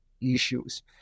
issues